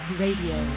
radio